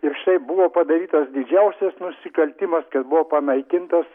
ir štai buvo padarytas didžiausias nusikaltimas kad buvo panaikintas